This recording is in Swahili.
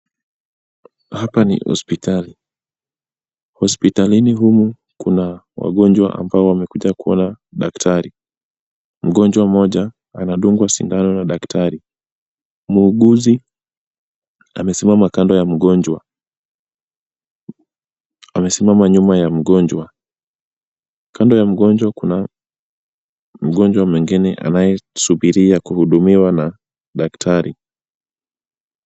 Hapa ni hospitali. Hospitalini humu kuna wagonjwa ambao wamekuja kuona daktari. Mgonjwa mmoja anadungwa sindano na daktari. Muuguzi amesimama kando ya mgonjwa, amesimama nyuma ya mgonjwa. Kando ya mgonjwa kuna mgonjwa mwingine anayesubiria kuhudumiwa na daktari.